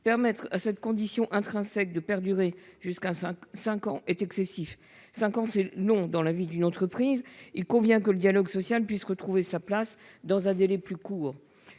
Permettre à cette condition intrinsèque de perdurer jusqu'à cinq ans est excessif. Cinq ans, c'est long dans la vie d'une entreprise. Il convient que le dialogue social puisse retrouver sa place dans un délai plus court.